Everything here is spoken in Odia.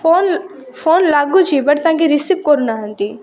ଫୋନ ଫୋନ ଲାଗୁଛି ବଟ୍ ତାଙ୍କେ ରିସିଭ୍ କରୁନାହାଁନ୍ତି